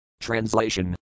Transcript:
Translation